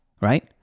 right